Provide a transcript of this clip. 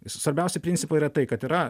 s svarbiausi principai yra tai kad yra